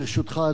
ברשותך,